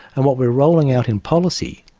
and what we're rolling out in policy,